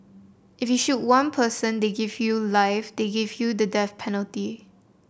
if you shoot one person they give you life they give you the death penalty